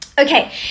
Okay